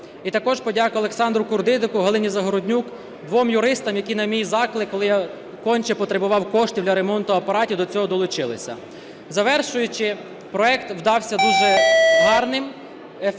І також подяка Олександру Курдидику, Галині Загороднюк, двом юристам, які на мій заклик, коли я конче потребував коштів для ремонту апаратів, до цього долучилися. Завершуючи, проект вдався дуже гарним, ефективним,